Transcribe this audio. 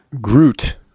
Groot